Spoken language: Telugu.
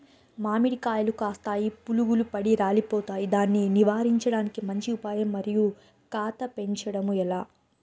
మామిడి కాయలు కాస్తాయి పులుగులు పడి రాలిపోతాయి దాన్ని నివారించడానికి మంచి ఉపాయం మరియు కాత పెంచడము ఏలా?